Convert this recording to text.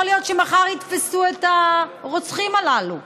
יכול להיות שמחר יתפסו את הרוצחים הללו,